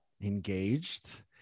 engaged